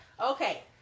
Okay